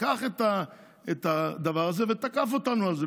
לקח את הדבר הזה ותקף אותנו על זה.